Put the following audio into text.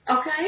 Okay